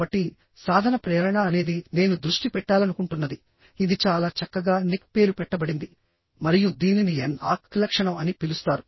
కాబట్టి సాధన ప్రేరణ అనేది నేను దృష్టి పెట్టాలనుకుంటున్నది ఇది చాలా చక్కగా నిక్ పేరు పెట్టబడింది మరియు దీనిని ఎన్ ఆక్ లక్షణం అని పిలుస్తారు